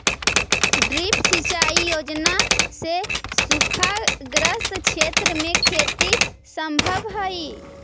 drip सिंचाई योजना से सूखाग्रस्त क्षेत्र में खेती सम्भव हइ